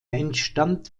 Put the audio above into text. entstand